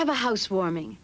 have a house warming